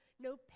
no